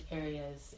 areas